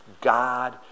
God